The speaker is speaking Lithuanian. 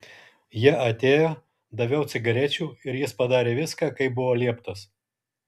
jie atėjo daviau cigarečių ir jis padarė viską kaip buvo lieptas